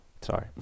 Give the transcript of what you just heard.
sorry